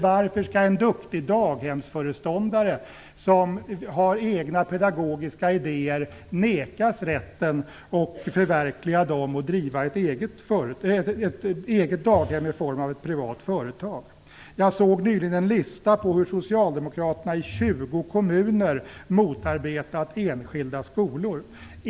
Varför skall en duktig daghemsföreståndare med egna pedagogiska idéer vägras rätten att förverkliga dessa och driva ett eget daghem i form av ett privat företag? Jag såg nyligen en lista på hur socialdemokraterna i 20 kommuner motarbetat enskilda skolor.